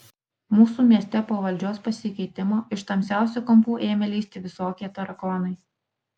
mūsų mieste po valdžios pasikeitimo iš tamsiausių kampų ėmė lįsti visokie tarakonai